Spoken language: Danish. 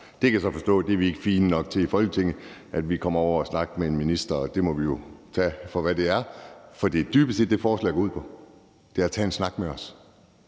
Jeg kan så forstå, at vi her i Folketinget ikke er fine nok til at komme over og snakke med en minister, og det må vi jo tage, for hvad det er. For det er dybest set det, forslaget går ud på, altså at tage en snak med os.